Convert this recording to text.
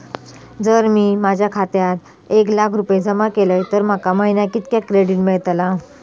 जर मी माझ्या खात्यात एक लाख रुपये जमा केलय तर माका महिन्याक कितक्या क्रेडिट मेलतला?